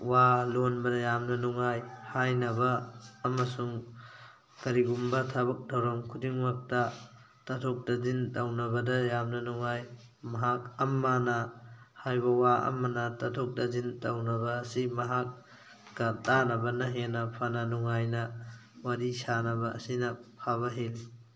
ꯋꯥ ꯂꯣꯟꯕꯗ ꯌꯥꯝꯅ ꯅꯨꯡꯉꯥꯏ ꯍꯥꯏꯅꯕ ꯑꯃꯁꯨꯡ ꯀꯔꯤꯒꯨꯝꯕ ꯊꯕꯛ ꯊꯧꯔꯝ ꯈꯨꯗꯤꯡꯃꯛꯇ ꯇꯥꯊꯣꯛ ꯇꯥꯁꯤꯟ ꯇꯧꯅꯕꯗ ꯌꯥꯝꯅ ꯅꯨꯡꯉꯥꯏ ꯃꯍꯥꯛ ꯑꯃꯅ ꯍꯥꯏꯕ ꯋꯥ ꯑꯃꯅ ꯇꯥꯊꯣꯛ ꯇꯥꯁꯤꯟ ꯇꯧꯅꯕ ꯑꯁꯤ ꯃꯍꯥꯛꯀ ꯇꯥꯟꯅꯕꯅ ꯍꯦꯟꯅ ꯐꯅ ꯅꯨꯡꯉꯥꯏꯅ ꯋꯥꯔꯤ ꯁꯟꯅꯕ ꯑꯁꯤꯅ ꯐꯕ ꯍꯦꯜꯂꯤ